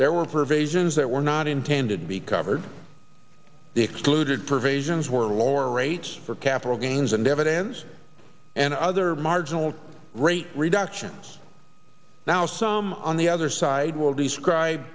there were provisions that were not intended to be covered the excluded provisions were lower rates for capital gains and dividends and other marginal rate reductions now some on the other side will describe